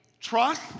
Trust